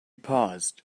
paused